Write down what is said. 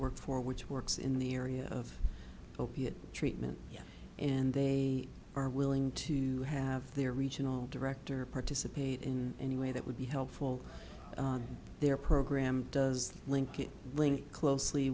work for which works in the area of opiate treatment and they are willing to have their regional director participate in any way that would be helpful their program does link it link closely